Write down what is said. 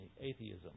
atheism